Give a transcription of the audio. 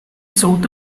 south